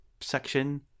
section